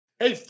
Hey